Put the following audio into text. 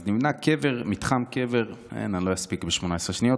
אז נבנה מתחם קבר, אין, אני לא אספיק ב-18 שניות.